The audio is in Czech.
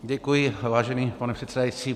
Děkuji, vážený pane předsedající.